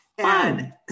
Fun